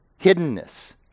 hiddenness